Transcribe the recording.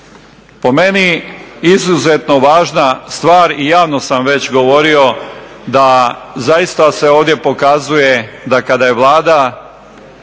Po meni izuzetno važna stvar i javno sam već govorio da zaista se ovdje pokazuje da kada je Vlada